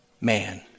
man